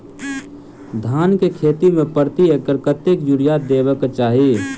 धान केँ खेती मे प्रति एकड़ कतेक यूरिया देब केँ चाहि?